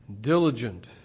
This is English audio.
diligent